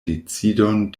decidon